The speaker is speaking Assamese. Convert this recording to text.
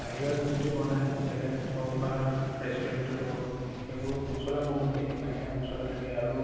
বাহিৰত যিটো বনাই হোটেলত হওক বা ৰেষ্টুৰেণ্টত হওক সেইবোৰ মচলা বহুত দিয়ে বাহিৰা মচলা থাকে আৰু